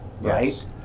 right